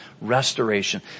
restoration